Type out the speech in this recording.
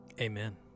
amen